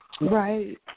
Right